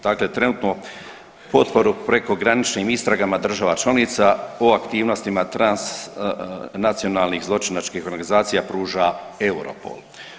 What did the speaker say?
Dakle, trenutno potporu prekograničnim istragama država članica o aktivnostima transnacionalnih zločinačkih organizacija pruža Europol.